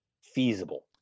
feasible